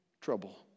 trouble